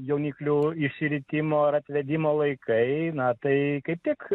jauniklių išsiritimo ar atvedimo laikai eina tai kaip tik